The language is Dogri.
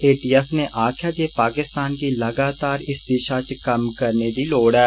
ज्थ् ने आक्खेआ जे पाकिस्तान गी लगातार इस दिषा च कम्म करने दी लोड़ ऐ